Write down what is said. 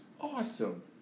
awesome